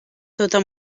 tota